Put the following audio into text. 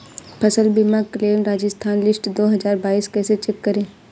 फसल बीमा claim Rajasthan list दो हज़ार बाईस कैसे चेक करें?